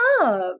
love